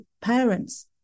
parents